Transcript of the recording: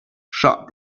sharp